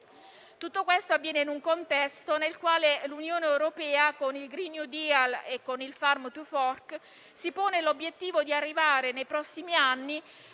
Tutto ciò avviene in un contesto nel quale l'Unione europea, con il *green new deal* e con il Farm to fork, si pone l'obiettivo di arrivare, nei prossimi anni,